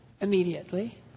immediately